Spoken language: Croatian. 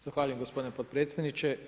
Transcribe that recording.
Zahvaljujem gospodine potpredsjedniče.